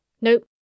Nope